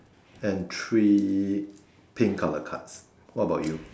and three pink colour cards what about you